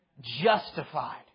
justified